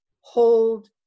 hold